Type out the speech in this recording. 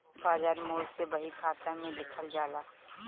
बाजार मूल्य के बही खाता में लिखल जाला